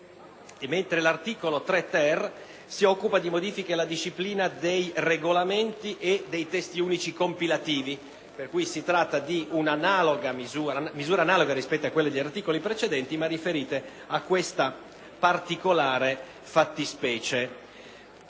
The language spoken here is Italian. merito. L'articolo 3-*ter* attiene a modifiche alla disciplina dei regolamenti e dei testi unici compilativi. Si tratta di una misura analoga a quella degli articoli precedenti, ma riferita a questa particolare fattispecie.